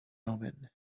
omen